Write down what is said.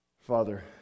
Father